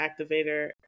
Activator